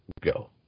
Go